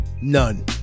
none